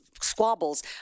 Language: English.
squabbles